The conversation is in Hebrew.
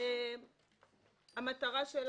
המטרה שלנו,